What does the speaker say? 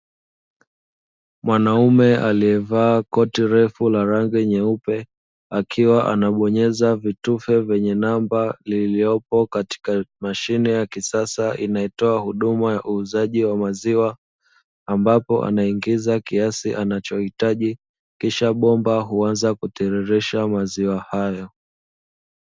Mwanaume aliyevaa koti refu la rangi nyeupe, akiwa anabonyeza vitufe vyenye namba liliopo katika mashine ya kisasa inayotoa huduma ya uuzaji wa maziwa, ambapo anaingiza kiasi anachohitaji kisha bomba huanza kutiririsha maziwa hayo.